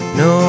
no